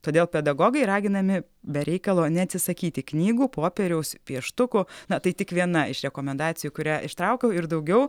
todėl pedagogai raginami be reikalo neatsisakyti knygų popieriaus pieštukų na tai tik viena iš rekomendacijų kurią ištraukiau ir daugiau